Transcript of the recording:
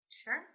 Sure